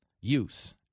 use